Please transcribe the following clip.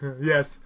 Yes